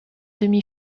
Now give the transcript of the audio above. demi